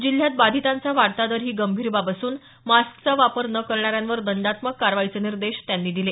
जिल्ह्यात बाधितांचा वाढता दर ही गंभीर बाब असून मास्कचा वापर न करणाऱ्यांवर दंडात्मक कारवाईचे निर्देश त्यांनी दिले